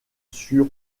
sur